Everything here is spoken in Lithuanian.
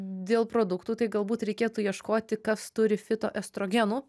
dėl produktų tai galbūt reikėtų ieškoti kas turi fitoestrogenų